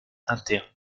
interne